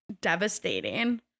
devastating